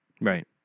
Right